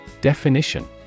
Definition